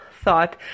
thought